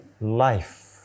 life